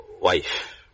wife